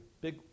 Big